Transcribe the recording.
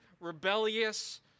rebellious